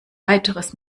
weiteres